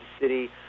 City